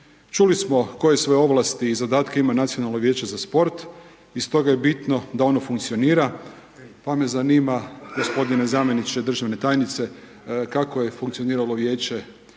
Čuli smo koje sve ovlasti i zadatke ima Nacionalno vijeće za sport i stoga je bitno da ono funkcionira, pa me zanima, g. zamjeniče državne tajnice, kako je funkcioniralo vijeće u